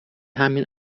همین